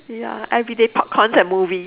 ya everyday popcorns and movie